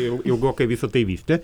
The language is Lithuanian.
jau ilgokai visa tai vystė